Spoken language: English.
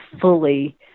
fully